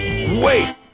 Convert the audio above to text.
Wait